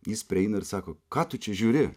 jis prieina ir sako ką tu čia žiūri